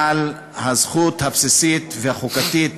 על הזכות הבסיסית והחוקתית